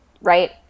Right